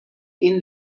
این